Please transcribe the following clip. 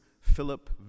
Philip